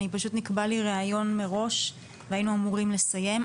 נקבע לי ראיון מראש והיינו אמורים לסיים.